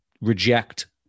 reject